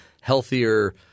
healthier –